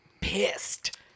pissed